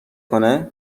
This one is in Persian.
کنه